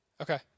Okay